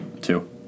Two